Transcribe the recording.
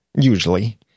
usually